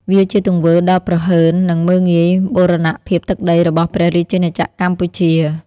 វាជាទង្វើដ៏ប្រហើន និងមើលងាយបូរណភាពទឹកដីរបស់ព្រះរាជាណាចក្រកម្ពុជា។